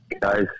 guys